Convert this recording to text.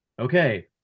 Okay